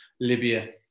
Libya